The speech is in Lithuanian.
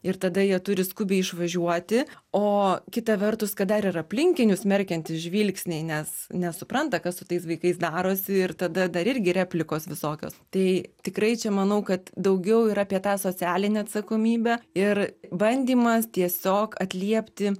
ir tada jie turi skubiai išvažiuoti o kita vertus kad dar ir aplinkinių smerkiantys žvilgsniai nes nesupranta kas su tais vaikais darosi ir tada dar irgi replikos visokios tai tikrai čia manau kad daugiau ir apie tą socialinę atsakomybę ir bandymas tiesiog atliepti